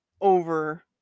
over